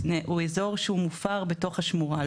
אזור שמופר בתוך השמורה.